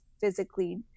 physically